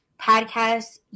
podcast